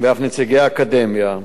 ואף נציגי אקדמיה.